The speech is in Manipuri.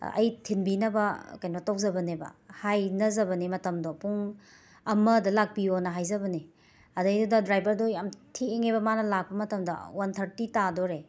ꯑꯩ ꯊꯤꯟꯕꯤꯅꯕ ꯀꯩꯅꯣ ꯇꯧꯖꯕꯅꯦꯕ ꯍꯥꯏꯅꯖꯕꯅꯦ ꯃꯇꯝꯗꯣ ꯄꯨꯡ ꯑꯃꯗ ꯂꯥꯛꯄꯤꯌꯣꯅ ꯍꯥꯏꯖꯕꯅꯦ ꯑꯗꯩꯗꯨꯗ ꯗ꯭ꯔꯥꯏꯕꯔꯗꯣ ꯌꯥꯝꯅ ꯊꯦꯡꯉꯦꯕ ꯃꯥꯅ ꯂꯥꯛꯄ ꯃꯇꯝꯗꯣ ꯋꯥꯟ ꯊꯔꯇꯤ ꯇꯥꯗꯣꯔꯦ